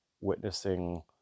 witnessing